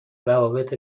روابط